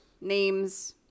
Names